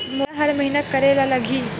मोला हर महीना करे ल लगही?